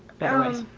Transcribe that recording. better ways.